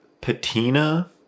patina